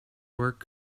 work